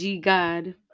God